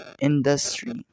industry